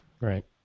Right